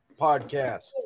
podcast